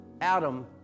Adam